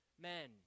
men